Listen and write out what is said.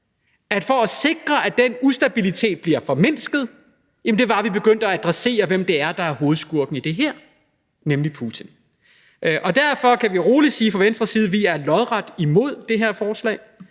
vi for at sikre, at den ustabilitet blev formindsket, begyndte at adressere, hvem det er, der er hovedskurken i det her, nemlig Putin. Derfor kan vi roligt fra Venstres side sige, at vi er lodret imod det her forslag.